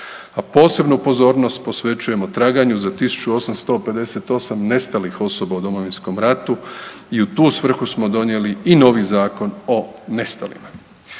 a posebnu pozornost posvećujemo traganju za 1858 nestalih osoba u Domovinskom ratu i u tu svrhu smo donijeli i novi Zakon o nestalima.